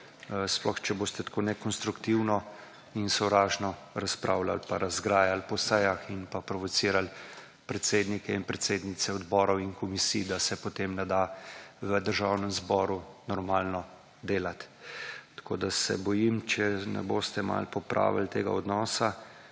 sploh, če boste tako nekonstruktivno in sovražno razpravljali pa razgrajali po sejah in pa provocirali predsednike in predsednice odborov in komisij, da se, potem ne da v Državnem zboru normalno delati tako, da se bojim, če ne boste malo popravili tega odnosa